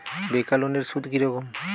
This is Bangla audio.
বেকার লোনের সুদ কি রকম?